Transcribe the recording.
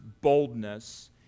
boldness